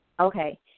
Okay